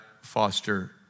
foster